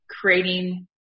creating